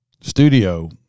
studio